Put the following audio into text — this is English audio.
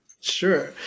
Sure